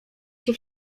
się